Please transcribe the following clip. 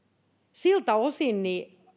siltä osin